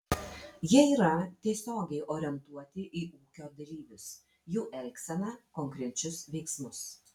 jie yra tiesiogiai orientuoti į ūkio dalyvius jų elgseną konkrečius veiksmus